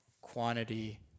quantity